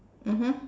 mmhmm